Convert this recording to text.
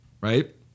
right